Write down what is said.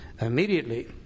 Immediately